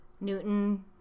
Newton